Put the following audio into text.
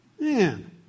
Man